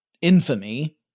infamy